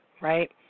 right